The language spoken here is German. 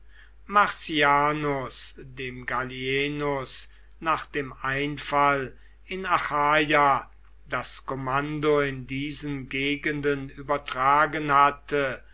marcianus dem gallienus nach dem einfall in achaia das kommando in diesen gegenden übertragen hatte